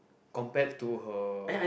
compared to her